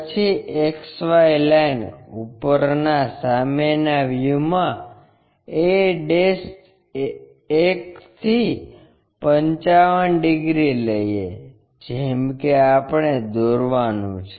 પછી XY line ઉપરના સામેના વ્યૂમાં a 1 થી 55 ડિગ્રી લઈએ જેમ કે આપણે દોરવાનું છે